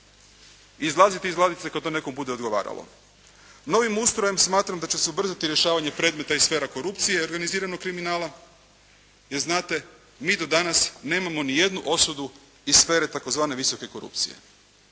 izlaziti iz ladice kad to nekom bude odgovaralo. Novim ustrojem smatram da će se ubrzati rješavanje predmeta iz sfera korupcije i organiziranog kriminala, jer znate mi do danas nemamo nijednu osudu iz sfere tzv. visoke korupcije.